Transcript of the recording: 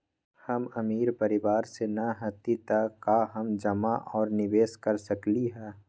हम अमीर परिवार से न हती त का हम जमा और निवेस कर सकली ह?